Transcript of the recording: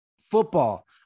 football